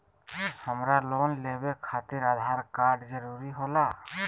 हमरा लोन लेवे खातिर आधार कार्ड जरूरी होला?